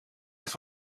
echt